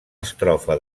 estrofa